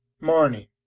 Morning